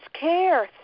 care